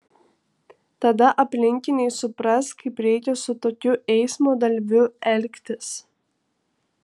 tada aplinkiniai supras kaip reikia su tokiu eismo dalyviu elgtis